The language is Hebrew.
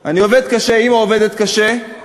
אני עובד קשה, אימא עובדת קשה, תעזור.